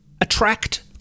attract